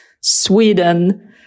Sweden